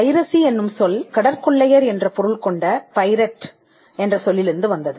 piracy என்னும் சொல் கடற்கொள்ளையர் என்ற பொருள் கொண்ட பைரட் என்ற சொல்லிலிருந்து வந்தது